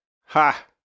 Ha